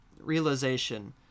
realization